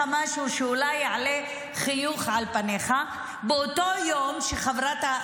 משהו שאולי יעלה חיוך על פניך: באותו יום שחברת,